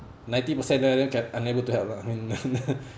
ninety percent unable to help lah I mean